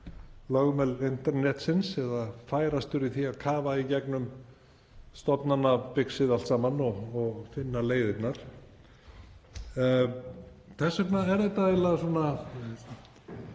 lögmál internetsins eða færastur í því að kafa í gegnum stofnanabixið allt saman og finna leiðirnar. Þess vegna er þetta eiginlega svona